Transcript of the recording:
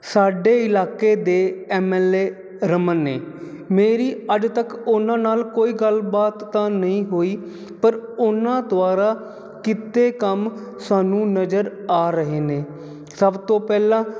ਸਾਡੇ ਇਲਾਕੇ ਦੇ ਐਮਐਲਏ ਰਮਨ ਨੇ ਮੇਰੀ ਅੱਜ ਤੱਕ ਉਹਨਾਂ ਨਾਲ ਕੋਈ ਗੱਲਬਾਤ ਤਾਂ ਨਹੀਂ ਹੋਈ ਪਰ ਉਹਨਾਂ ਦੁਆਰਾ ਕੀਤੇ ਕੰਮ ਸਾਨੂੰ ਨਜ਼ਰ ਆ ਰਹੇ ਨੇ ਸਭ ਤੋਂ ਪਹਿਲਾਂ